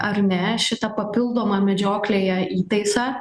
ar ne šitą papildomą medžioklėje įtaisą